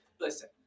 listen